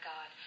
God